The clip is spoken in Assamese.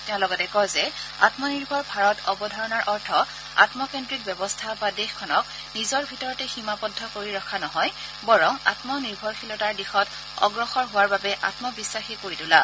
তেওঁ লগতে কয় যে আম্মনিৰ্ভৰ ভাৰত অৱধাৰণাৰ অৰ্থ আম্মকেন্দ্ৰিক ব্যৱস্থা বা দেশখনক নিজৰ ভিতৰতে সীমাবদ্ধ কৰি ৰখা নহয় বৰং আম্ম নিৰ্ভৰতাৰ দিশত অগ্ৰসৰ হোৱাৰ বাবে আম্ম বিশ্বাসী কৰি তোলা